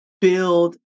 build